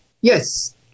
Yes